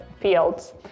fields